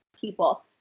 people